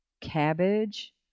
cabbage